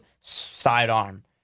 sidearm